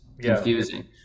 confusing